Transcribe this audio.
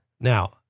Now